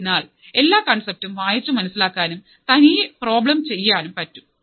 ആയതിനാൽ എല്ലാം കോൺസെപ്റ്റും വായിച്ചു മനസ്സിലാക്കാനും തനിയേ പ്രോബ്ലംചെയ്യാനും പറ്റും